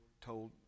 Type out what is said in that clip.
told